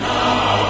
Now